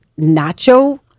nacho